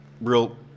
real